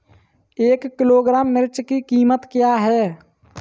एक किलोग्राम मिर्च की कीमत क्या है?